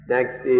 Next